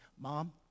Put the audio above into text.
mom